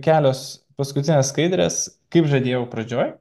kelios paskutines skaidrės kaip žadėjau pradžioj